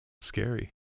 scary